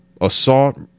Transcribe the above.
assault